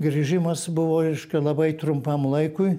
grįžimas buvo reiškia labai trumpam laikui